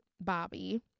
bobby